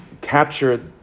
capture